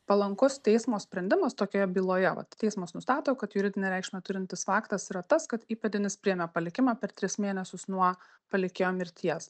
palankus teismo sprendimas tokioje byloje vat teismas nustato kad juridinę reikšmę turintis faktas yra tas kad įpėdinis priėmė palikimą per tris mėnesius nuo palikėjo mirties